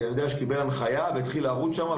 שאני יודע שקיבל הנחיה והתחיל לרוץ שם,